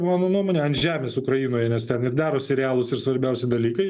mano nuomone ant žemės ukrainoje nes ten ir darosi realūs ir svarbiausi dalykai